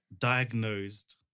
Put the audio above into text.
diagnosed